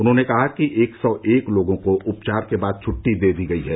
उन्होंने कहा कि एक सौ एक लोगों को उपचार के बाद छट्टी दे दी गई है